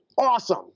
awesome